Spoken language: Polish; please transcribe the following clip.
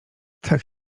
tak